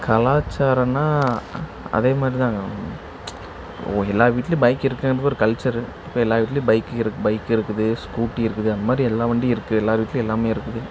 கலாச்சாரம்னா அதே மாதிரி தான் நம் ஓ எல்லா வீட்லேயும் பைக் இருக்குது அப்படி ஒரு கல்ச்சரு இப்போ எல்லா வீட்லேயும் பைக்கு இருக் பைக் இருக்குது ஸ்கூட்டி இருக்குது அந்த மாதிரி எல்லா வண்டியும் இருக்கு எல்லாரு வீட்லேயும் எல்லாமே இருக்குது